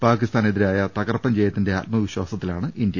പാക്കിസ്ഥാനെതിരായ തകർപ്പൻ ജയത്തിന്റെ ആത്മവിശാസത്തിലാണ് ഇന്ത്യ